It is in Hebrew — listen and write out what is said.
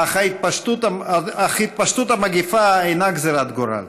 אך התפשטות המגפה אינה גזרת גורל.